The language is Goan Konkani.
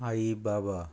आई बाबा